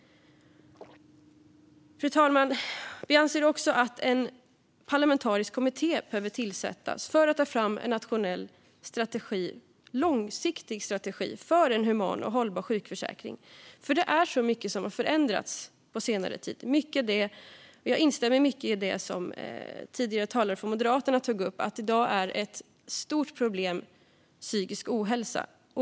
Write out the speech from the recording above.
Fru talman! Vi anser att en parlamentarisk kommitté behöver tillsättas för att ta fram en långsiktig nationell strategi för en human och hållbar sjukförsäkring. Det är nämligen så mycket som har förändrats på senare tid. Jag instämmer i mycket av det som tidigare talare från Moderaterna tog upp. I dag är psykisk ohälsa ett stort problem.